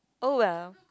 oh well